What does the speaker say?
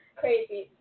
crazy